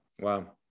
Wow